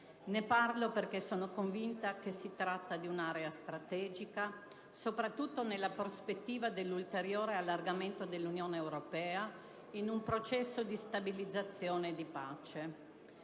Ne parlo perché sono convinta si tratti di un'area strategica, soprattutto nella prospettiva dell'ulteriore allargamento dell'Unione europea in un processo di stabilizzazione e di pace.